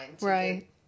Right